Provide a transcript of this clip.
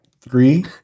Three